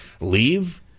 leave